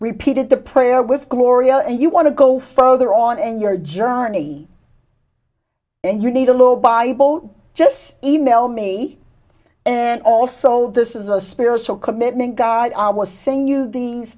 repeated the prayer with gloria and you want to go further on in your journey and you need a low bible just email me and also this is a spiritual commitment guide i was saying you these